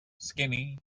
skinny